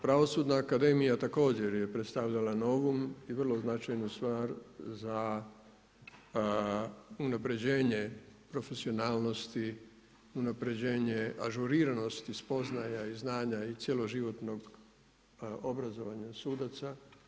Pravosudna akademija također je predstavljala novum i vrlo značajnu stvar za unapređenje profesionalnosti, unapređenje ažuriranosti, spoznaja i znanja i cjeloživotnog obrazovanja sudaca.